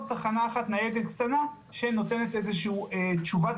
תחנה אחת ניידת קטנה שנותנת איזו שהיא תשובת